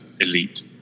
elite